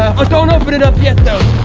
don't open it up yet, though!